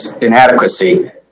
inadequacy